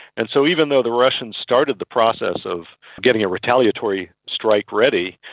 and so even though the russians started the process of getting a retaliatory strike ready,